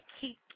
keep